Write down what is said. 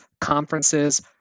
conferences